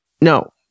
No